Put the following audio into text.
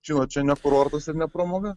žinot čia ne kurortas ir ne pramoga